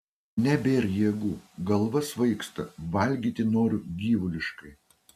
nebėr jėgų galva svaigsta valgyti noriu gyvuliškai